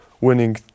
winning